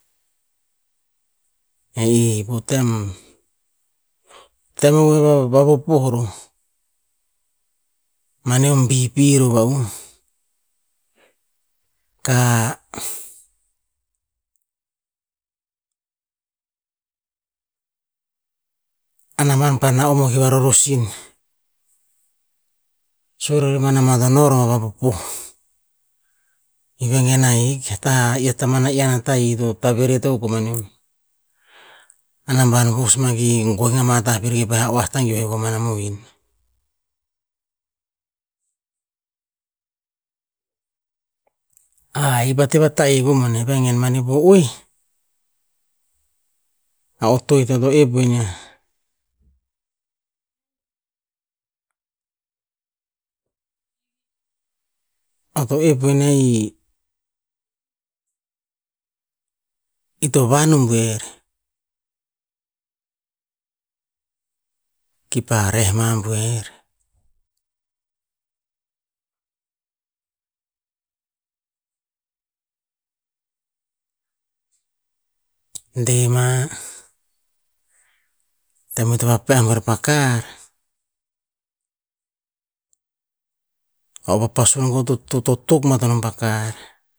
E ih po tem- tem po vapopoh roh, manium bp roh va'uh ka a namban nom o ki va rorosin, sue ror ba ma ban to vapopoh, ivengen ahik ta i a taman iyan a tahi ito tavevet akuk o manium. Anamban to vosmah ki goeng ama tah pir ki pa'eh oah tangiuh koe komana mohin. A ih a teh va tahi koman vengen mani po oeh, a otoet eo to epinia. Eo to epinia i- ito vahn o buer, kipa reh ma buer, deh ma, tem ito vapeha ih buer pa kar, o vah pasun to- to tok bat nom pa kar,